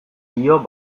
dio